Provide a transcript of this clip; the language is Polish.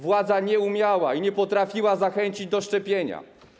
Władza nie umiała i nie potrafiła zachęcić do szczepienia.